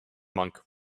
monk